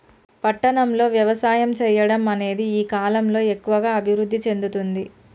పట్టణం లో వ్యవసాయం చెయ్యడం అనేది ఈ కలం లో ఎక్కువుగా అభివృద్ధి చెందుతుంది